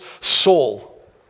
Saul